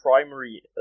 primary